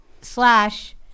Slash